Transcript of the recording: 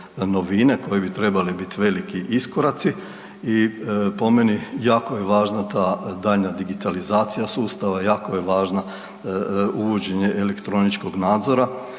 novine koje bi trebale biti veliki iskoraci i po meni jako je važna ta daljnja digitalizacija sustava, jako je važno uvođenje elektroničkog nadzora.